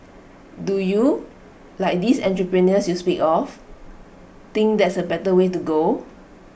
do you like these entrepreneurs you speak of think that's A better way to go